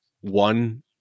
one